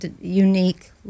unique